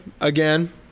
again